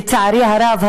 לצערי הרב,